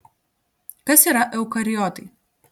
kas yra eukariotai